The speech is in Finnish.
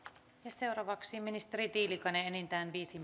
seuraavaksi ministeri tiilikainen enintään viisi